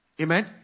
amen